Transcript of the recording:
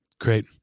Great